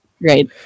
right